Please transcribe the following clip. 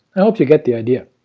i hope you get the idea.